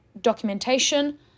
documentation